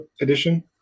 edition